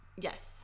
Yes